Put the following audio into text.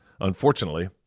Unfortunately